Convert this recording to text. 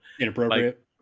Inappropriate